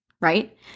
right